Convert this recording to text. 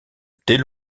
dès